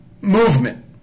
movement